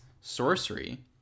sorcery